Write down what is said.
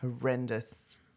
horrendous